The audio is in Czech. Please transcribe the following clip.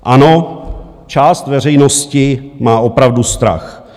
Ano, část veřejnosti má opravdu strach.